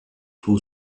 who